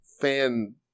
fan